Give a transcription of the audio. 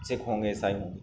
سکھ ہوں گے عیسائی ہوں گے